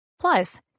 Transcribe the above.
Plus